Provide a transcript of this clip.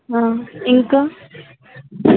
ఇంకా